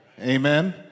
amen